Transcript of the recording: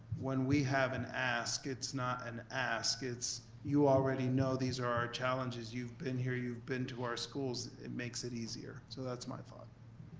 when we have an ask, it's not an ask, it's, you already know these are our challenges. you've been here, you've been to our schools, it makes it easier, so that's my thought.